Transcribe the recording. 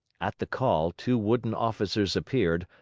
at the call, two wooden officers appeared,